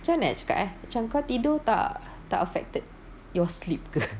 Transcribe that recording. macam mana nak cakap eh macam kau tidur tak tak affected your sleep ke